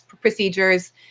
procedures